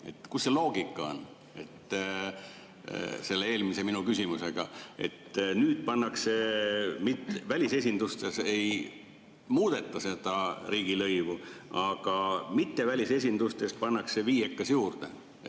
Kus see loogika on? Selle eelmise minu küsimusega. Nüüd välisesindustes ei muudeta riigilõivu, aga mittevälisesindustes pannakse viiekas juurde.